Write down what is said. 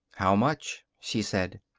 how much? she said.